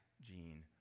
Gene